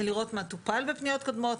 לראות מה טופל בפניות קודמות,